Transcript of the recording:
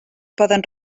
poden